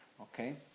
Okay